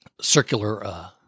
circular